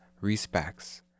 respects